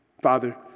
Father